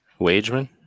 wageman